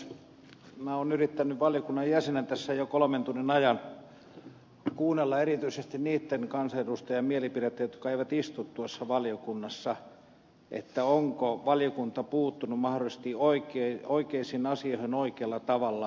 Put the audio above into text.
minä olen yrittänyt valiokunnan jäsenenä tässä jo kolmen tunnin ajan kuunnella erityisesti niitten kansanedustajien mielipidettä jotka eivät istu tuossa valiokunnassa onko valiokunta puuttunut mahdollisesti oikeisiin asioihin oikealla tavalla